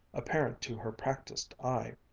apparent to her practised eye.